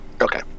Okay